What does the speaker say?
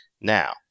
now